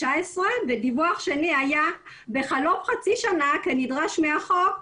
והדיווח השני היה בחלוף חצי שנה כנדרש בחוק,